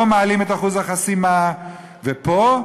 פה מעלים את אחוז החסימה, ופה,